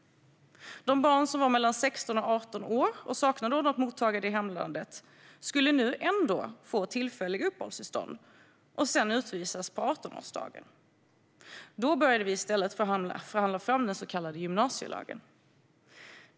De barn som var mellan 16 och 18 år och saknade ett ordnat mottagande i hemlandet skulle nu ändå få tillfälliga uppehållstillstånd och sedan utvisas på 18-årsdagen. Då började vi i stället förhandla fram den så kallade gymnasielagen.